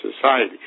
society